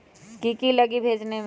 की की लगी भेजने में?